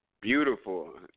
Beautiful